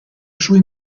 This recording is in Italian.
sui